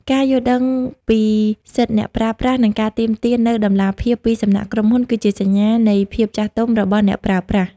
ការយល់ដឹងពីសិទ្ធិអ្នកប្រើប្រាស់ និងការទាមទារនូវតម្លាភាពពីសំណាក់ក្រុមហ៊ុន គឺជាសញ្ញានៃភាពចាស់ទុំរបស់អ្នកប្រើប្រាស់។